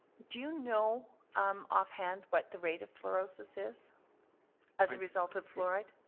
do you know um off hand what the rate of fluorosis is as a result of fluoride?